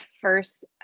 first